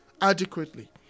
adequately